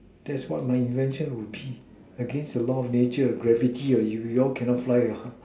that's what my invention would be against the law of nature of gravity you you all cannot fly mah